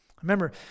Remember